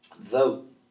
vote